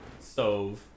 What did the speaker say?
stove